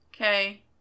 Okay